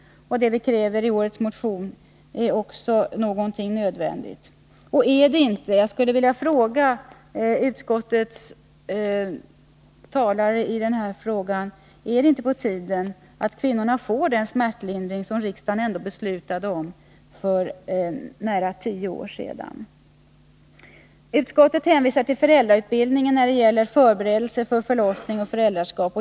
Det vi kräver i vår motion är också något nödvändigt. Jag skulle vilja fråga utskottets talesmän i denna fråga, om det inte är på tiden att kvinnorna får den smärtlindring som riksdagen ändå beslutade om för nära tio år sedan. Utskottet hänvisar till föräldrautbildningen när det gäller förberedelse för förlossning och föräldraskap.